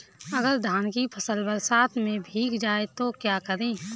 अगर धान की फसल बरसात में भीग जाए तो क्या करें?